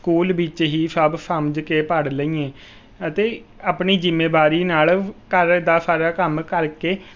school ਵਿੱਚ ਹੀ ਸਭ ਸਮਝ ਕੇ ਪੜ੍ਹ ਲਈਏ ਅਤੇ ਆਪਣੀ ਜ਼ਿੰਮੇਵਾਰੀ ਨਾਲ ਘਰ ਦਾ ਸਾਰਾ ਕੰਮ ਕਰਕੇ